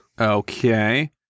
Okay